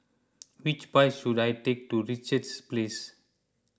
which bus should I take to Richards Place